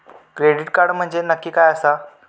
Credit card म्हंजे नक्की काय आसा?